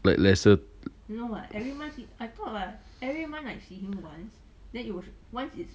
like lesser